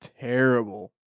terrible